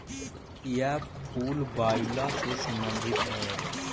यह फूल वायूला से संबंधित हई